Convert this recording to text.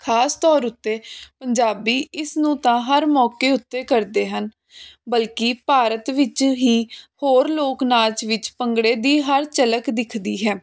ਖ਼ਾਸ ਤੌਰ ਉੱਤੇ ਪੰਜਾਬੀ ਇਸ ਨੂੰ ਤਾਂ ਹਰ ਮੌਕੇ ਉੱਤੇ ਕਰਦੇ ਹਨ ਬਲਕਿ ਭਾਰਤ ਵਿੱਚ ਹੀ ਹੋਰ ਲੋਕ ਨਾਚ ਵਿੱਚ ਭੰਗੜੇ ਦੀ ਹਰ ਝਲਕ ਦਿੱਖਦੀ ਹੈ